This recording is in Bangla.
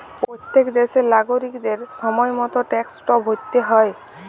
প্যত্তেক দ্যাশের লাগরিকদের সময় মত ট্যাক্সট ভ্যরতে হ্যয়